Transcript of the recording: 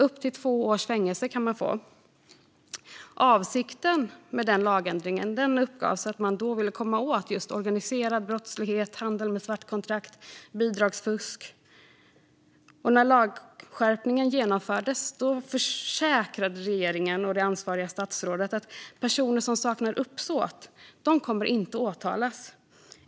Upp till två års fängelse kan man få. Avsikten med lagändringen uppgavs vara att man ville komma åt just organiserad brottslighet, handel med svartkontrakt och bidragsfusk. När lagskärpningen genomfördes försäkrade regeringen och det ansvariga statsrådet att personer som saknar uppsåt inte skulle komma att åtalas.